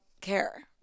care